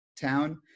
town